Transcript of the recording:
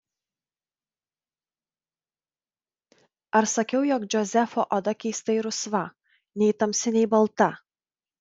ar sakiau jog džozefo oda keistai rusva nei tamsi nei balta